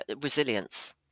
resilience